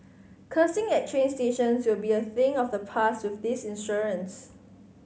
cursing at train stations will be a thing of the past with this insurance